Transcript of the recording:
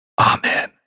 Amen